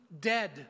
dead